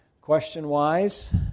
question-wise